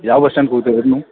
ಯಾವ bus stand ಕೂತಿರೋದು ನೀವು